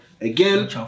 again